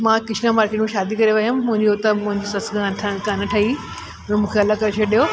मां किष्नाबाटीअ में शादी करे वियमि मुंहिंजी उतां मुंहिंजी सस सां कोन ठही हुन मूंखे अलॻि करे छॾियो